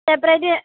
എത്രയ്ക്ക്